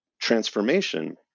transformation